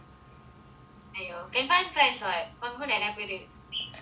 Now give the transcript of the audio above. you can buy plans [what]